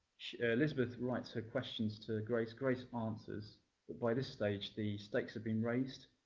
elizabeth writes her questions to grace. grace answers. but by this stage, the stakes have been raised.